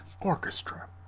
Orchestra